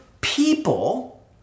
people